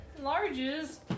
Larges